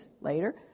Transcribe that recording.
later